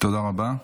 תודה רבה.